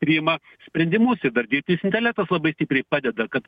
priima sprendimus ir dar dirbtinis intelektas labai stipriai padeda kad